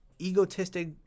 egotistic